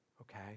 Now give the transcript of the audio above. Okay